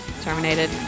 Terminated